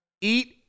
eat